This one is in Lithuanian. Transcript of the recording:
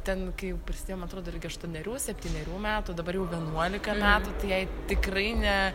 ten kai jau prasidėjo man atrodo irgi aštuonerių septynerių metų dabar jau vienuolika metų tai jai tikrai ne